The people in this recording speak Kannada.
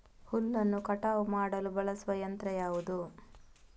ಹುಲ್ಲನ್ನು ಕಟಾವು ಮಾಡಲು ಬಳಸುವ ಯಂತ್ರ ಯಾವುದು?